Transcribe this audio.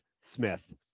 Smith